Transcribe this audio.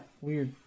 weird